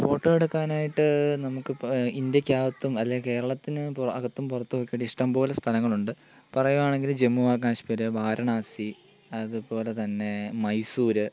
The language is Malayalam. ഫോട്ടോ എടുക്കാനായിട്ട് നമുക്കിപ്പോൾ ഇന്ത്യക്കകത്തും അല്ലേൽ കേരളത്തിന് പൊ അകത്തും പുറത്തും ഒക്കെയായിട്ട് ഇഷ്ടം പോലെ സ്ഥലങ്ങളുണ്ട് പറയുകയാണെങ്കിൽ ജമ്മു ആൻഡ് കശ്മീർ വാരണാസി അതുപോലെതന്നെ മൈസൂർ